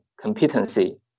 competency